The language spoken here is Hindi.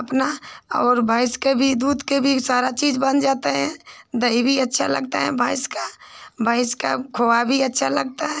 अपना और भैंस के भी दूध के भी सारी चीज़ बन जाती है दही भी अच्छा लगता है भैंस का भैंस का खोआ भी अच्छा लगता है